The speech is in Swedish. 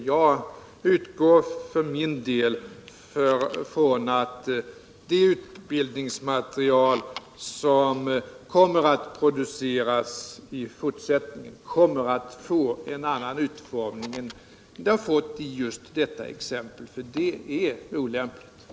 Jag utgår för min del från att det utbildningsmaterial som kommer att produceras i fortsättningen får en annan utformning än det nu aktuella, för det materialet är olämpligt.